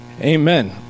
Amen